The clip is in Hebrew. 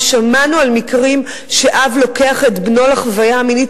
ושמענו על מקרים שאב לוקח את בנו לחוויה המינית